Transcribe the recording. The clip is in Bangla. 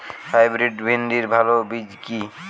হাইব্রিড ভিন্ডির ভালো বীজ কি?